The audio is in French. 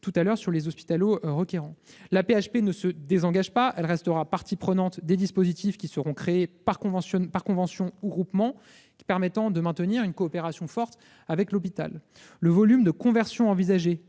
de répondre aux besoins des patients. L'AP-HP ne se désengage pas : elle restera partie prenante des dispositifs qui seront créés par convention ou groupement, permettant de maintenir une coopération forte avec l'hôpital. Le volume de conversion envisagé,